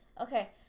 Okay